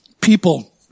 people